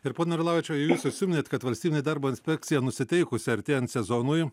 ir pone orlavičiau jūs užsiminėte kad valstybinė darbo inspekcija nusiteikusi artėjant sezonui